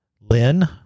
Lynn